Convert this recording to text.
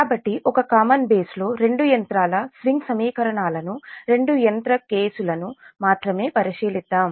కాబట్టి ఒక common base లో రెండు యంత్రాల స్వింగ్ సమీకరణాలను రెండు యంత్ర కేసు లను మాత్రమే పరిశీలిద్దాం